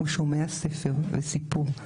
הוא שומע ספר וסיפור,